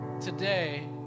today